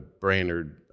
Brainerd